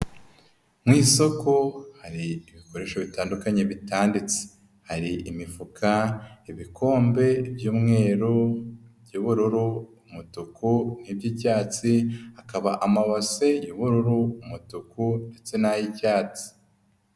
Mu isoko hari ibikoresho bitandukanye bitadetse, hari imifuka, ibikombe by'umweru, iby'ubururu, umutuku, iby'icyatsi hakaba amabase y'ubururu, umutuku ndetse n'ay'icyatsi.